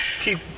keep